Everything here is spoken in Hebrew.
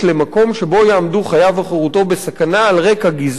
שבו יעמדו חייו וחירותו בסכנה על רקע גזעו,